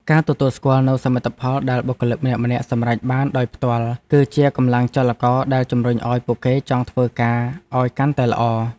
ការទទួលស្គាល់នូវសមិទ្ធផលដែលបុគ្គលិកម្នាក់ៗសម្រេចបានដោយផ្ទាល់ គឺជាកម្លាំងចលករដែលជំរុញឱ្យពួកគេចង់ធ្វើការឱ្យកាន់តែល្អ។